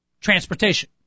Transportation